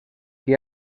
que